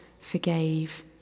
forgave